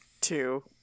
Two